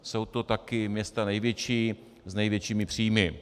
Jsou to taky města největší s největšími příjmy.